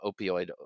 opioid